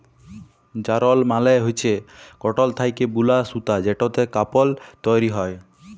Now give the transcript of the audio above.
যারল মালে হচ্যে কটল থ্যাকে বুলা সুতা যেটতে কাপল তৈরি হ্যয়